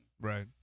right